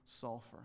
sulfur